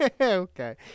okay